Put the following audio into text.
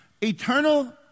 Eternal